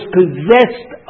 possessed